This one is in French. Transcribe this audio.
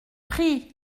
pris